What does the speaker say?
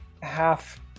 half